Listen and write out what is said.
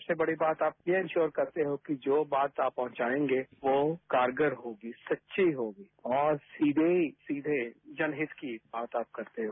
सबसे बड़ी बात आप ये एंश्योर करते हो कि जो बात आप पहुंचाएंगे वो कारगर होगी सच्ची होगी और सीधे जनहित की बात आप करते हो